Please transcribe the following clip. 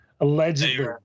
Allegedly